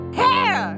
hair